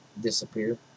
disappear